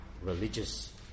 religious